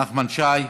נחמן שי,